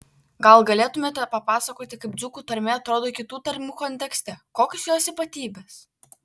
gal galėtumėte papasakoti kaip dzūkų tarmė atrodo kitų tarmių kontekste kokios jos ypatybės